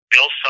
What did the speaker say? Bill